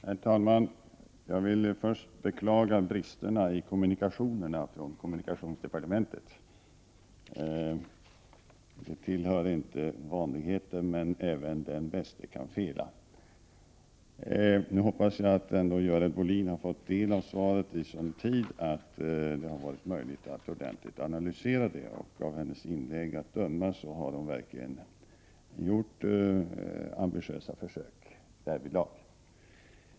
Herr talman! Jag vill först beklaga bristerna i kommunikationerna från kommunikationsdepartementet. Sådana brister tillhör inte vanligheten, men även den bäste kan fela. Jag hoppas ändå att Görel Bohlin fått ta del av svaret iså god tid att det har varit möjligt för henne att ordentligt analysera det. Och av hennes inlägg att döma har hon verkligen gjort ambitiösa försök härvidlag.